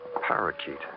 Parakeet